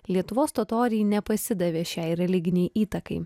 lietuvos totoriai nepasidavė šiai religinei įtakai